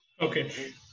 Okay